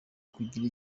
kugira